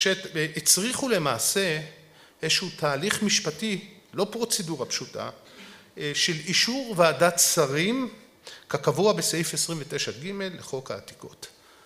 שהצריכו למעשה איזשהו תהליך משפטי, לא פרוצדורה פשוטה, של אישור ועדת שרים כקבוע בסעיף 29 ג' לחוק העתיקות.